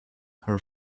her